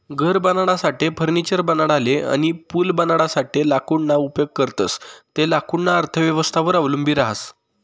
घर बनाडासाठे, फर्निचर बनाडाले अनी पूल बनाडासाठे लाकूडना उपेग करतंस ते लाकूडना अर्थव्यवस्थावर अवलंबी रहास